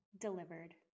Delivered